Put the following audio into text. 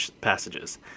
passages